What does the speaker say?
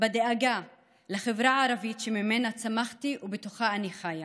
בדאגה לחברה הערבית שממנה צמחתי ובתוכה אני חיה,